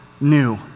new